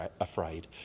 afraid